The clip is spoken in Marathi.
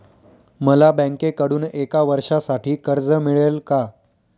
मला बँकेकडून एका वर्षासाठी कर्ज मिळेल का?